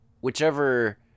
whichever